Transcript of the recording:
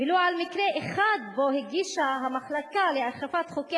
ולו על מקרה אחד שבו הגישה המחלקה לאכיפת חוקי